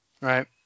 right